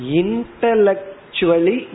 intellectually